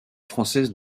française